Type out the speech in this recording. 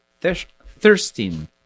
thirsting